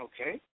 Okay